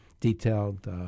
detailed